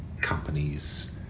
companies